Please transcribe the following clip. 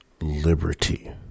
liberty